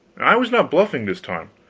i was not bluffing this time.